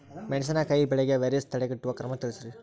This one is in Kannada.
ಮೆಣಸಿನಕಾಯಿ ಬೆಳೆಗೆ ವೈರಸ್ ತಡೆಗಟ್ಟುವ ಕ್ರಮ ತಿಳಸ್ರಿ